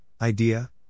idea